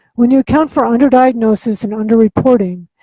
when you account for under diagnosis and under reporting,